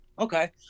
Okay